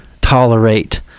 tolerate